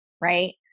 right